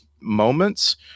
moments